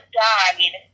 died